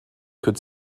could